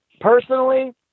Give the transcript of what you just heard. personally